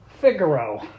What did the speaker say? Figaro